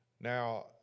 Now